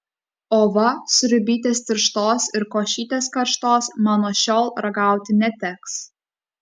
o va sriubytės tirštos ir košytės karštos man nuo šiol ragauti neteks